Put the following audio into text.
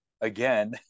again